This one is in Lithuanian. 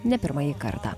ne pirmąjį kartą